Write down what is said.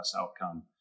outcome